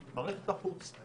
מערכת החוץ,